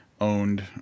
owned